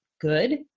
good